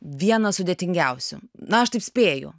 vienas sudėtingiausių na aš taip spėju